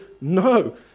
no